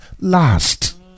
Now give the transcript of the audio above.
last